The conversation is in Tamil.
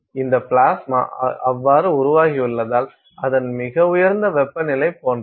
இந்த பிளாஸ்மா அவ்வாறு உருவாகியுள்ளதால் அதன் மிக உயர்ந்த வெப்பநிலை போன்றது